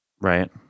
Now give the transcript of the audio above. Right